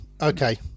Okay